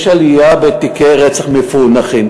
יש עלייה במספר תיקי הרצח המפוענחים.